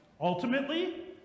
ultimately